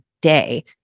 day